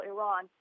Iran